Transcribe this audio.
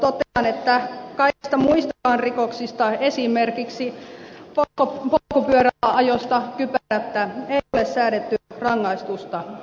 totean että kaikista muistakaan rikoksista esimerkiksi polkupyörällä ajosta kypärättä ei ole säädetty rangaistusta